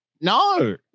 no